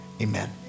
amen